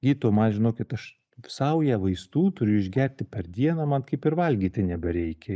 gydytojau man žinokit aš saują vaistų turiu išgerti per dieną man kaip ir valgyti nebereikia